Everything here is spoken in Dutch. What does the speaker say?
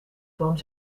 boom